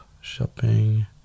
Shopping